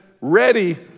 ready